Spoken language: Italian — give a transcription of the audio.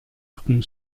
alcun